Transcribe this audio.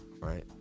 right